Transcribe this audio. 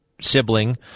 sibling